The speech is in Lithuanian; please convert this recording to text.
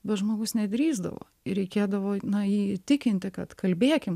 bet žmogus nedrįsdavo ir reikėdavo jį įtikinti kad kalbėkim